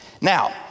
Now